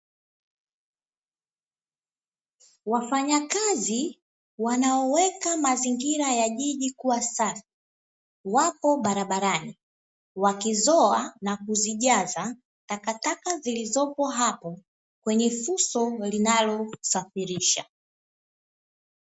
Wafanyakazi wanaoweka mazingira ya jiji kuwa safi wapo barabarani, wakizoa na kuzijaza takataka zilizopo hapo kwenye fuso linalosafirisha.